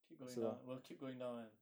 keep going down will keep going down [one]